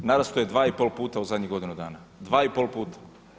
Narastao je 2,5 puta u zadnjih godinu dana, 2,5 puta.